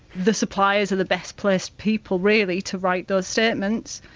the suppliers are the best placed people really to write those statements,